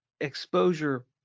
exposure